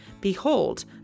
Behold